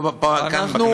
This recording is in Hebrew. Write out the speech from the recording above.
כאן בכנסת,